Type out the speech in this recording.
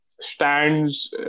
stands